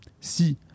Si